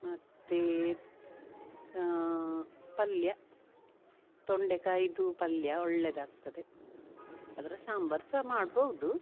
ಮತ್ತು ಪಲ್ಯ ತೊಂಡೆಕಾಯಿಯದು ಪಲ್ಯ ಒಳ್ಳೆಯದಾಗ್ತದೆ ಅದರ ಸಾಂಬಾರು ಸಹ ಮಾಡ್ಬೌದು